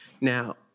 Now